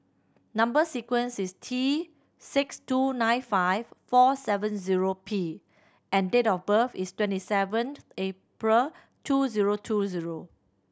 number sequence is T six two nine five four seven zero P and date of birth is twenty sevened April two zero two zero